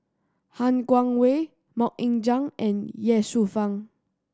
Han Guangwei Mok Ying Jang and Ye Shufang